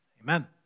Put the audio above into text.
Amen